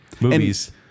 movies